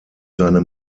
seine